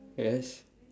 yes